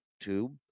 tube